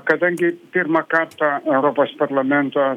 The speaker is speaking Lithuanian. kadangi pirmą kartą europos parlamento